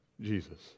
Jesus